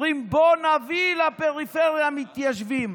אומרים: בוא נביא לפריפריה מתיישבים,